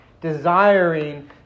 desiring